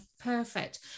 perfect